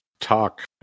talk